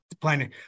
planning